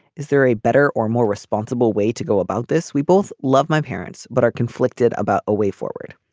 is there a better or more responsible way to go about this. we both love my parents but are conflicted about a way forward.